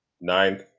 Ninth